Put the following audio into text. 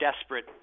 desperate